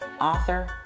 author